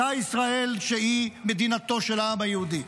אותה ישראל שהיא מדינתו של העם היהודי,